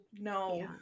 no